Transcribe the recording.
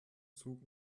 zug